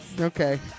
Okay